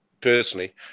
personally